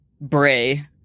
Bray